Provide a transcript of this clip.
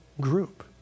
group